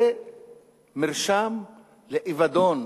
זה מרשם לאבדון.